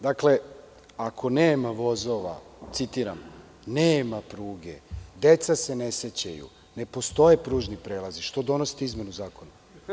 Dakle, ako nema vozova, citiram – nema pruge, deca se ne sećaju, ne postoje pružni prelazi, što donosite izmenu zakona?